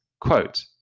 quote